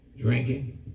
drinking